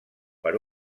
per